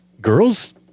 girls